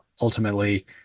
ultimately